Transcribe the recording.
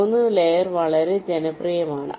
3 layer വളരെ ജനപ്രിയമാണ്